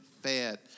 fed